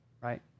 right